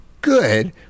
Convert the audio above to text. good